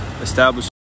establish